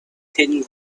thin